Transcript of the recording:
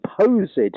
supposed